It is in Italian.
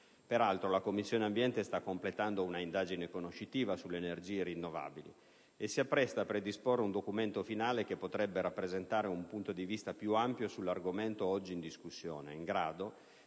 Peraltro, la Commissione ambiente sta completando un'indagine conoscitiva sulle energie rinnovabili e si appresta a predisporre un documento finale che potrebbe rappresentare un punto di vista più ampio sull'argomento oggi in discussione, in grado